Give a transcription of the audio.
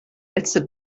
letzte